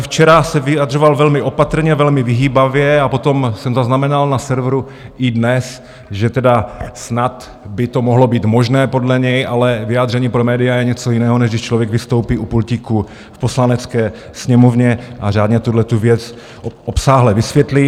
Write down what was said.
Včera se vyjadřoval velmi opatrně, velmi vyhýbavě a potom jsem zaznamenal na serveru iDNES, že tedy snad by to mohlo být možné podle něj, ale vyjádření pro média je něco jiného, než když člověk vystoupí u pultíku v Poslanecké sněmovně a řádně tuhle věc obsáhle vysvětlí.